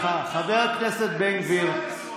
חבר הכנסת בן גביר,